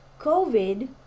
COVID